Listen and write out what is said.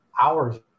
hours